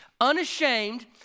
unashamed